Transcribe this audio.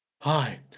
Hi